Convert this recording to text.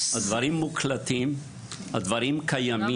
הדברים מוקלטים וקיימים.